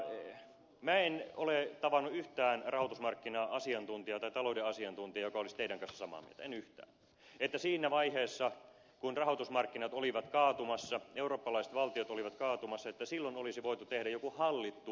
minä en ole tavannut yhtään rahoitusmarkkina asiantuntijaa tai talouden asiantuntijaa joka olisi teidän kanssanne samaa mieltä en yhtään että siinä vaiheessa kun rahoitusmarkkinat olivat kaatumassa eurooppalaiset valtiot olivat kaatumassa olisi voitu tehdä joku hallittu velkajärjestely